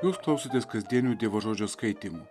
jūs klausotės kasdienių dievo žodžio skaitymų